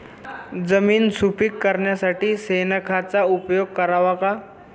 जमीन सुपीक करण्यासाठी शेणखताचा उपयोग करावा का?